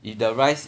if the rice